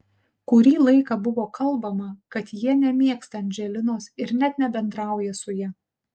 kurį laiką buvo kalbama kad jie nemėgsta andželinos ir net nebendrauja su ja